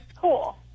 Cool